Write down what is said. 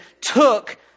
took